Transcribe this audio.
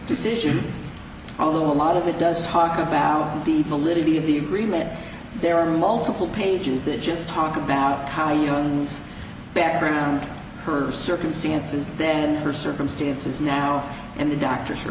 decisions although a lot of it does talk about the validity of the remit there are multiple pages that just talk about how your own background her circumstances then her circumstances now and the doctor's